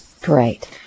Great